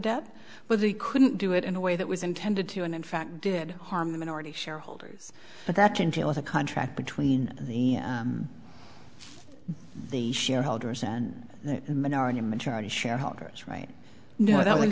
with the couldn't do it in a way that was intended to and in fact did harm the minority shareholders but that can deal with a contract between the the shareholders and the minority majority shareholders right no that one